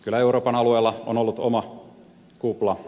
kyllä euroopan alueella on ollut oma kupla